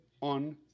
on